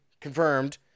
confirmed